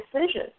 decision